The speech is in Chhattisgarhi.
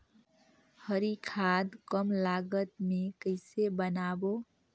हरी खाद कम लागत मे कइसे बनाबो?